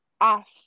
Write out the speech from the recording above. off